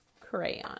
Crayon